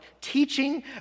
teaching